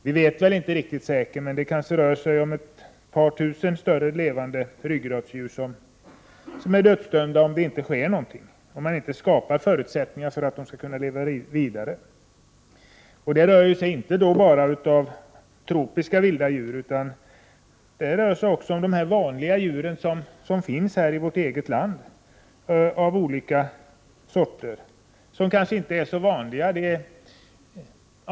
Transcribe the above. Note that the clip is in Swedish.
Man vet inte riktigt hur säkert hur många, men det kanske rör sig om ett par tusen större ryggradsdjur som är dödsdömda om det inte sker någonting, om man inte skapar förutsättningar för att de skall kunna leva vidare. Det rör sig då inte bara om tropiska vilda djur, utan också om de vanliga djur som finns här i vårt eget land, av olika sorter som kanske inte är så vanliga.